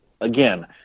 again